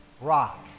rock